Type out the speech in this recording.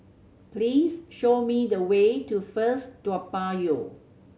please show me the way to First Toa Payoh